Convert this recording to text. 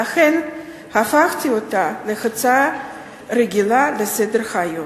ולכן הפכתי אותה להצעה רגילה לסדר-היום.